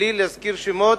בלי להזכיר שמות,